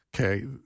Okay